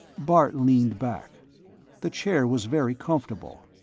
bart leaned back the chair was very comfortable,